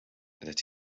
that